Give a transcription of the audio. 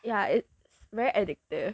ya it's very addictive